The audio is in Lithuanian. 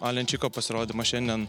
alenčiko pasirodymas šiandien